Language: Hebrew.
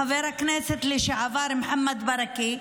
חבר הכנסת לשעבר מוחמד ברכה,